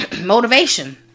motivation